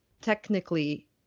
technically